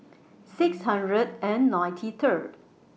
six hundred and ninety Third